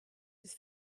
his